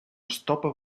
estopa